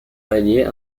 allier